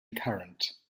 current